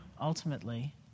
ultimately